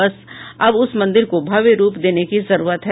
बस अब उस मंदिर को भव्य रूप देने की जरूरत है